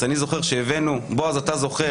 יכול להיות.